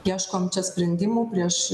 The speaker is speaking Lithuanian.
ieškom sprendimų prieš